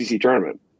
tournament